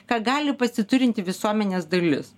ką gali pasiturinti visuomenės dalis